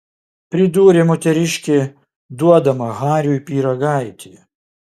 pridūrė moteriškė duodama hariui pyragaitį